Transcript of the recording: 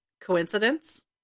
Coincidence